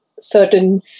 certain